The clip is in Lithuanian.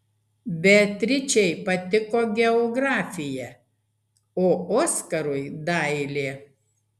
beatričei patiko geografija o oskarui dailė